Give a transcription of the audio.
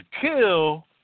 kill